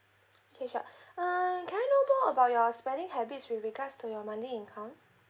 okay sure uh can I know more about your spending habits with regards to your money income